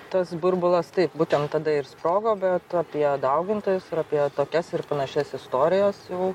tas burbulas taip būtent tada ir sprogo bet apie daugintojus ir apie tokias ir panašias istorijas jau